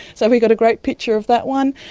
so we got a great picture of that one.